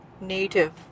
Native